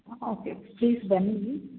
okay please ಬನ್ನಿ